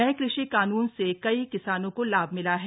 नये कृषि कानून से कई किसानों को लाभ मिला है